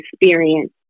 experience